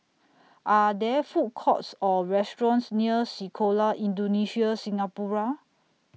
Are There Food Courts Or restaurants near Sekolah Indonesia Singapura